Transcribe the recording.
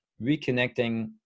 reconnecting